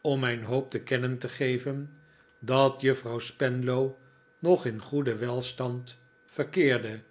om mijn hoop te kennen te geven dat juffrouw spenlow nog in goeden welstand verkeerde